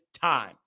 time